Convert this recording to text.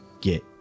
get